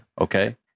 Okay